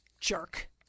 jerk